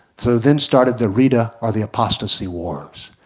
so then started the ridda, or the apostasy wars.